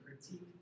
critique